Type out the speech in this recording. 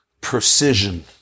precision